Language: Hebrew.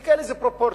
תסתכל איזה פרופורציה.